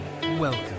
Welcome